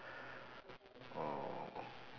orh